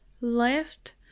left